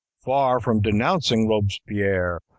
far from denouncing robespierre,